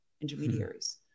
intermediaries